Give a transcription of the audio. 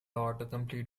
autocomplete